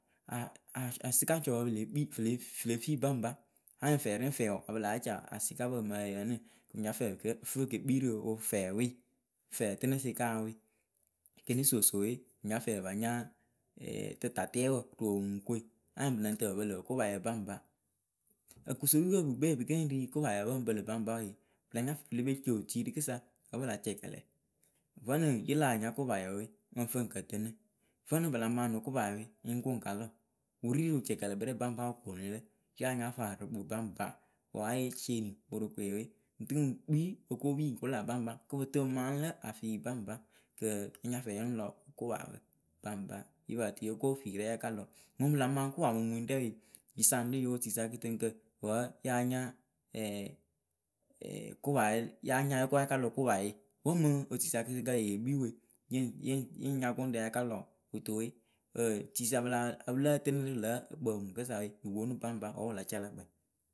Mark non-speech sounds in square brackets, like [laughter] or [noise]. [hesitation] aa asɩka jɔpǝ pɨ le kpii pɨle fi baŋba anyɩŋ fɛriŋfɛ ya pɨ la ja asɩkapǝ mǝyǝǝnɨ kɨ pɨ nya fɛ pɨkǝ fɨ pɨke kpirɨ fɛɛwe fɛtɨnɨ sɩkawe kinɩ sosowe pɨ nya fɛ pɨ pa nya [hesitation] tɨtatɛɛwǝ roŋuŋkɨwe anyɩŋ pɨ lɨŋ tɨ pɨ pɨlɨ sɩkayǝ baŋba. ǝkosopiipǝ bɨŋkpe pɨ ke ɖi sɩkayǝ pɨŋ pɨlɨ baŋba we pɨla nya pɨle pe ciotui rɨkɨsa wǝ pɨ la cɛkɛlɛ vǝnɨŋ ye láa nya kopayǝwe mɨ ŋ fɨ ŋwɨ ŋ kǝ tɨnɨ vǝnɨŋ pɨ la maŋ no kopa we ŋ ko ŋ ka lɔ wɨ ri rɨ wɨcɛkɛlɛkpǝ rɛ baŋba wɨ koonu lǝ ya nya faa rɨkpɨ baŋpa wǝ yaye ceeni worokoe we ŋ tɨŋ kpii okopi ŋ kʊla baŋpa kɨ pɨ tɨ pɨ maŋ lǝ̌ afii baŋba kɨ ya nya fɛ ya mɨ lɔ kopawe baŋba yǝ pǝtɨ yi ko firɛ ya ka lɔ mɨŋ pɨla maŋ kopa mumuŋɖɛ we, yisaŋmilǝ oo otisa kɨtɨŋkǝ wǝ ya nya [hesitation] [hesitation] kpa [hesitation] ya nya yoko ya ka lɔ kopa ye. wǝ mɨŋ otisakɨtɨŋkǝ yee kpii we yɨŋ nya gʊŋɖǝ yakalɔ ŋwɨ kɨto we [hesitation] tisa ya pɨla ya pɨ lǝ́ǝ tɨnɨ rɨ lǝ́ǝ kpǝŋ mɨŋkosawe yɩ ponu baŋba wǝ wɨ la ca la kpɛ.